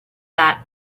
that